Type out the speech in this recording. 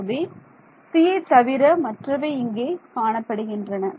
ஆகவே cயை தவிர மற்றவை இங்கே காணப்படுகின்றன